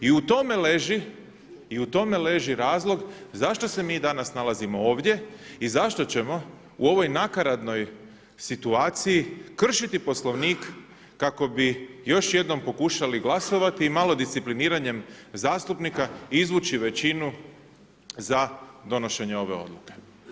I tu tome želi razlog zašto se mi danas nalazimo ovdje i zašto ćemo u ovoj nakaradnoj situaciji kršiti Poslovnik kako bi još jednom pokušali glasovati i malo discipliniranjem zastupnika izvući većinu za donošenje ove odluke.